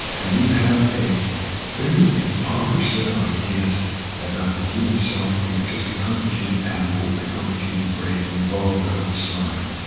and we have a very impoverished set of ideas about the human self being just a complicated animal with a complicated brain who evolved out of the slime.